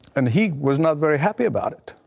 and he was not very happy about it.